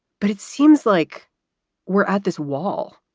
but it seems like we're at this wall,